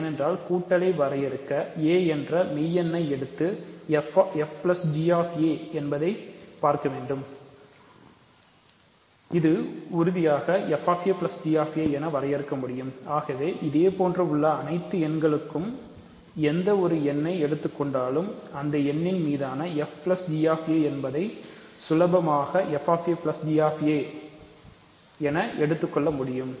ஏனென்றால் கூட்டலை வரையறுக்க a என்ற மெய் எண்ணை எடுத்து எடுத்துக்கொள் எடுத்துக்கொள்ள முடியும்